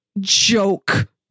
joke